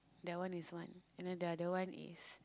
that one is one and then the other one is